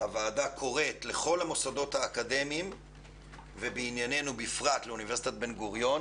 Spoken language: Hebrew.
הוועדה קוראת לכל המוסדות האקדמיים ובפרט לאוניברסיטת בן גוריון